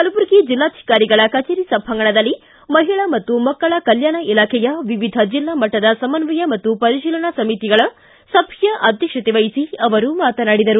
ಕಲಬುರಗಿ ಜೆಲ್ಲಾಧಿಕಾರಿಗಳ ಕಚೇರಿ ಸಭಾಂಗಣದಲ್ಲಿ ಮಹಿಳಾ ಮತ್ತು ಮಕ್ಕಳ ಕಲ್ವಾಣ ಇಲಾಖೆಯ ವಿವಿಧ ಜಿಲ್ಲಾ ಮಟ್ಟದ ಸಮನ್ವಯ ಮತ್ತು ಪರಿಶೀಲನಾ ಸಮಿತಿಗಳ ಸಭೆಯ ಅಧ್ಯಕ್ಷತೆವಹಿಸಿ ಅವರು ಮಾತನಾಡಿದರು